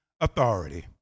authority